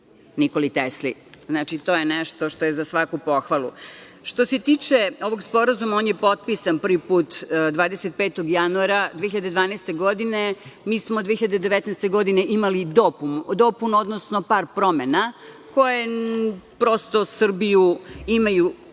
Nikoli Tesli. Znači, to je nešto što je za svaku pohvalu. Što se tiče ovog sporazuma, on je potpisan prvi put 25. januara 2012. godine. Mi smo 2019. godine imali dopunu, odnosno par promena, imaju